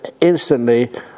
instantly